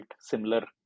similar